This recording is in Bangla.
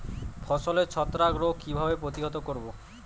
ফসলের ছত্রাক রোগ কিভাবে প্রতিহত করব?